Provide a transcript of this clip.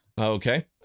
Okay